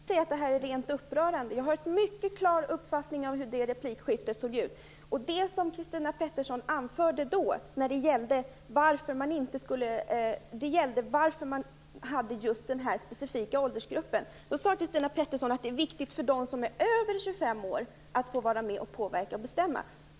Fru talman! Jag måste säga att det här är rent upprörande. Jag har en mycket klar uppfattning av hur det replikskiftet såg ut. Christina Pettersson anförde då som skäl för att man gick in för just denna specifika åldersgrupp att det är viktigt för dem som är över 25 år att få påverka och vara med om att bestämma.